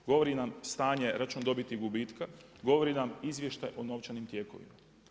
Govori nam stanje, račun dobiti i gubitka, govori nam izvještaj o novčanim tijekovima.